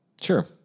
Sure